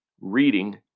reading